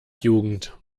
jugend